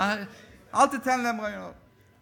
אל תיתן להם רעיונות.